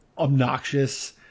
Obnoxious